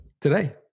today